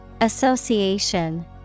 Association